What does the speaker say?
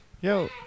Yo